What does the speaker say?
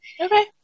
Okay